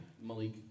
Malik